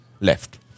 Left